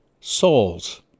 souls